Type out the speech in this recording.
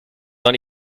dans